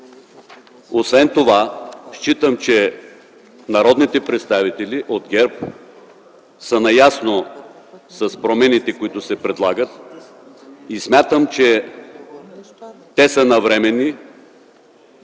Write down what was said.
Освен това считам, че народните представители от ГЕРБ са наясно с промените, които се предлагат, и смятам, че те са навременни